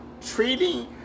treating